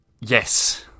Yes